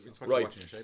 Right